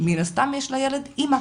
מין הסתם יש לילד אימא.